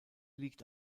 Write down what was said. liegt